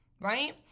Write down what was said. right